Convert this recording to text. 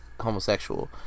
homosexual